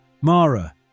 Mara